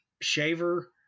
Shaver